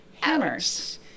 Hammers